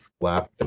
laugh